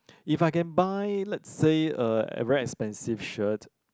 if I can buy let's say a very expensive shirt